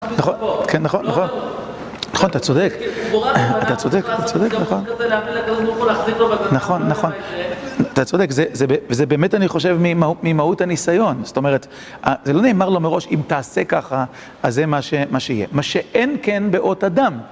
כן, נכון, נכון, נכון, אתה צודק, אתה צודק, אתה צודק, נכון, נכון, אתה צודק, זה באמת, אני חושב, ממהות הניסיון, זאת אומרת, זה לא נאמר לו מראש, אם תעשה ככה, אז זה מה שיהיה, מה שאין כן באות אדם